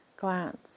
glance